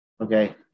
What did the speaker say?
Okay